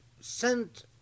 sent